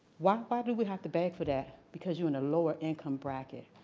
why why do we have to beg for that, because you're in a lower income bracket,